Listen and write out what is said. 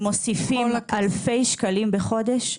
מוסיפים אלפי שקלים בחודש.